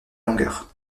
longueur